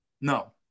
No